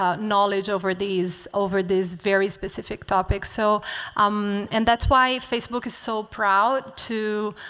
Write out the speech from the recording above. ah knowledge over these over these very specific topics. so and that's why facebook is so proud to